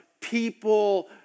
people